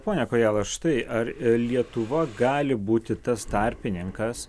pone kojala štai ar lietuva gali būti tas tarpininkas